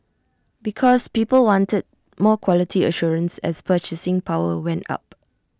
because people wanted more quality assurance as purchasing power went up